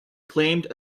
claimed